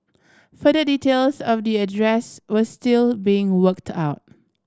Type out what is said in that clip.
further details of the address were still being worked out